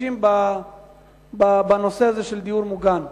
משתמשים בדיור מוגן.